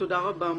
תודה רבה.